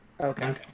Okay